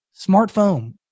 smartphone